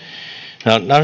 nämä